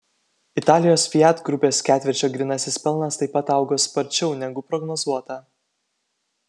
italijos fiat grupės ketvirčio grynasis pelnas taip pat augo sparčiau negu prognozuota